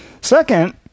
Second